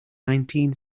nineteen